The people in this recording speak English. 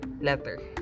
letter